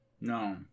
No